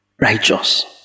righteous